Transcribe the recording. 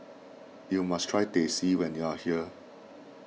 you must try Teh C when you are here